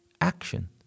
action